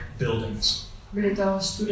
buildings